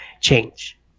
change